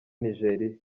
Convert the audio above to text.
nigeria